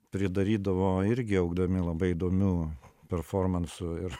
pridarydavo irgi augdami labai įdomių performansų ir